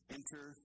Enter